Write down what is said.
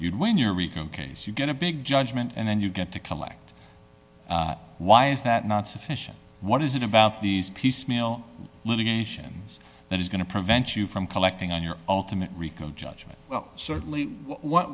you'd win your rico case you get a big judgment and then you get to collect why is that not sufficient what is it about these piecemeal litigation that is going to prevent you from collecting on your alternate rico judgment well certainly